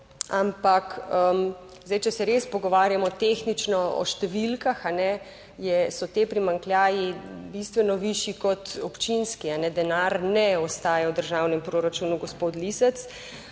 zdaj, če se res pogovarjamo tehnično o številkah, so ti primanjkljaji bistveno višji kot občinski, denar ne ostaja v državnem proračunu, gospod Lisec,